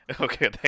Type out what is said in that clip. Okay